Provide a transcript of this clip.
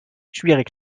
schwierig